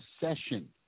session